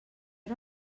era